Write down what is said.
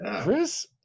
Chris